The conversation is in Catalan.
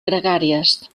gregàries